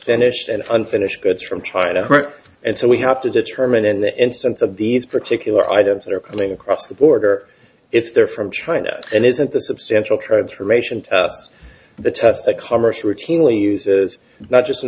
and unfinished goods from china and so we have to determine in the instance of these particular items that are coming across the border if they're from china and isn't the substantial transformation of the tests that commerce routinely uses not just in